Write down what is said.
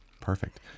Perfect